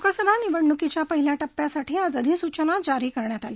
लोकसभा निवडणुकीच्या पहिल्या टप्प्यासाठी आज अधिसूचना जारी करण्यात आली